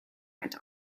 went